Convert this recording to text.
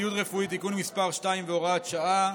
ציוד רפואי (תיקון מס' 2 והוראת שעה).